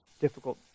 difficult